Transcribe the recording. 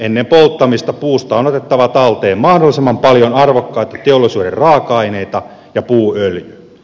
ennen polttamista puusta on otettava talteen mahdollisimman paljon arvokkaita teollisuuden raaka aineita ja puuöljyä